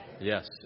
Yes